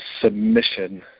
submission